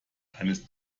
eines